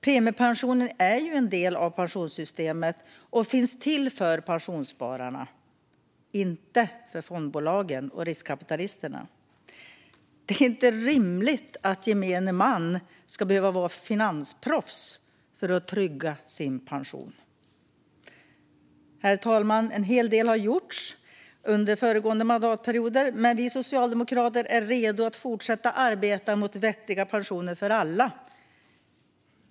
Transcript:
Premiepensionen är ju en del av pensionssystemet och finns till för pensionsspararna - inte för fondbolagen och riskkapitalisterna. Det är inte rimligt att gemene man ska behöva vara finansproffs för att kunna trygga sin pension. Herr talman! En del har gjorts under föregående mandatperioder, men vi socialdemokrater är redo att fortsätta arbeta för vettiga pensioner för alla.